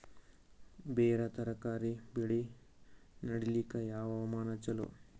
ಬೇರ ತರಕಾರಿ ಬೆಳೆ ನಡಿಲಿಕ ಯಾವ ಹವಾಮಾನ ಚಲೋ?